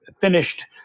finished